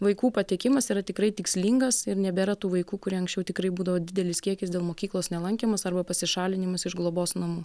vaikų patekimas yra tikrai tikslingas ir nebėra tų vaikų kurie anksčiau tikrai būdavo didelis kiekis dėl mokyklos nelankymas arba pasišalinimas iš globos namų